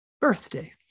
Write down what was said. birthday